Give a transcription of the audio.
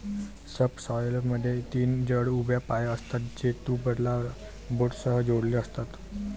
सबसॉयलरमध्ये तीन जड उभ्या पाय असतात, जे टूलबारला बोल्टसह जोडलेले असतात